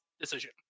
decision